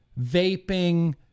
vaping